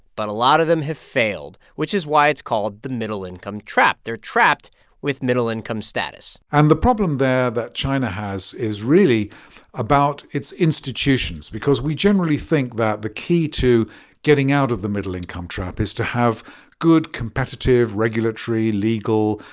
but a lot of them have failed, which is why it's called the middle-income trap. they're trapped with middle-income status and the problem there that china has is really about its institutions because we generally think that the key to getting out of the middle-income trap is to have good, competitive regulatory, legal,